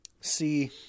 see